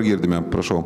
girdime prašau